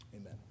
Amen